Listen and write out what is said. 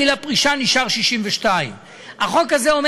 גיל הפרישה נשאר 62. החוק הזה אומר